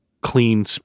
clean